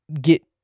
get